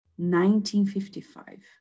1955